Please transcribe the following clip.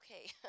Okay